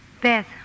Beth